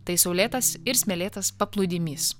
tai saulėtas ir smėlėtas paplūdimys